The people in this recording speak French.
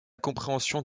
compréhension